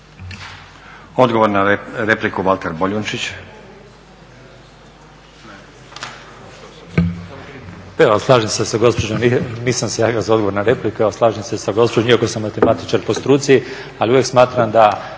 Odgovor na repliku, Petar Baranović.